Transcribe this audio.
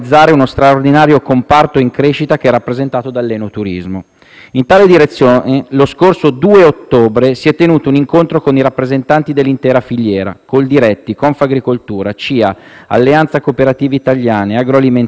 In tale direzione, lo scorso 2 ottobre si è tenuto un incontro con i rappresentanti dell'intera filiera (Coldiretti, Confagricoltura, CIA, Alleanza Cooperative Italiane -Agroalimentare, Unione Italiana Vini, Federvini, Federdoc, Assoenologi)